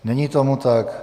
Není tomu tak.